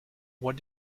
what